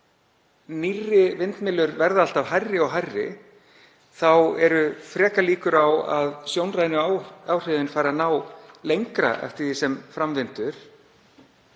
nýrri vindmyllur verða alltaf hærri og hærri, þá eru frekar líkur á að sjónrænu áhrifin fari að ná lengra eftir því sem fram vindur.